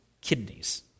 kidneys